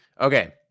okay